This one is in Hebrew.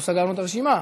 אנחנו סגרנו את הרשימה.